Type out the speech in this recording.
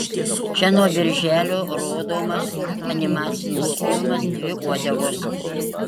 čia nuo birželio rodomas animacinis filmas dvi uodegos